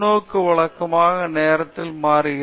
ஜீஷான் உங்கள் முன்னோக்கை வழக்கமான நேரத்தில் மாற்றுகிறது